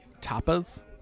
Tapas